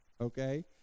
okay